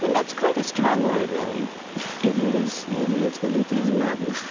that's quite a strong word, really it is. it is. well, it is marvelous,